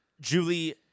Julie